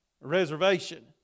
Reservation